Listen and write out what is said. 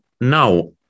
Now